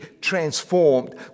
transformed